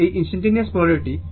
এবং এটি instantaneous polarity